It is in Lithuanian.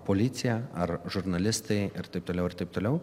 policija ar žurnalistai ir taip toliau ir taip toliau